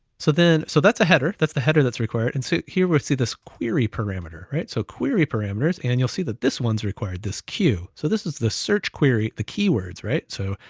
so then, so that's a header, that's the header that's required, and so here we see this query parameter, right? so query parameters, and you'll see that this one's required this queue. so this is the search query, the keywords, right? so,